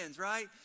right